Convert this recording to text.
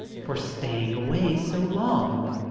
for staying away so long.